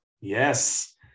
Yes